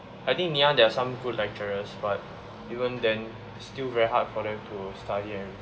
I think Ngee-Ann there are some good lecturers but even then it's still very hard for them to study and everything